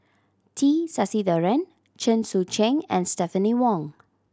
T Sasitharan Chen Sucheng and Stephanie Wong